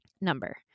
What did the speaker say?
number